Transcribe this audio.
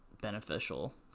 beneficial